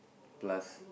plus